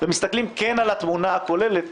ומסתכלים כן על התמונה הכוללת,